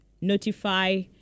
notify